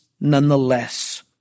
nonetheless